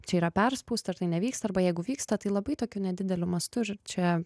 čia yra perspausta ir tai nevyksta arba jeigu vyksta tai labai tokiu nedideliu mastu ir čia